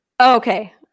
Okay